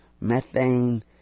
Methane